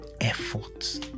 efforts